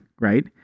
right